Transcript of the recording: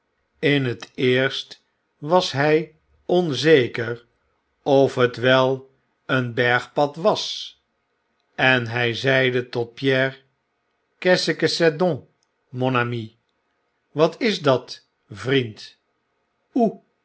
in het eerst was hjj onzeker ofhetwel een bergpad was en hy zeide tot pierre qu'est que c'est done mon ami wat is dat vriend oe